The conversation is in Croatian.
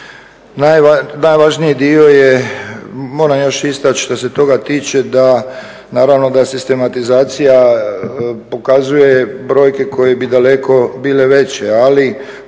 Najvažniji dio je, moram još istaći što se toga tiče da naravno da sistematizacija pokazuje brojke koje bi daleko bile veće, ali